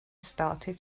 started